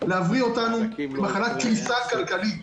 להבריא אותנו ממחלת קריסה כלכלית.